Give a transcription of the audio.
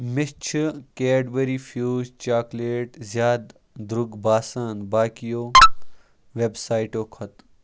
مےٚ چھُ Cadbury Fuse chocolate زیادٕ درٛۅگ باسان باقیَو ویب سایٹَو کھۄتہٕ